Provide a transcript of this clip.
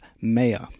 maya